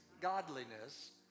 godliness